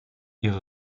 ihre